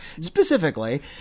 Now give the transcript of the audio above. specifically